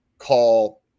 call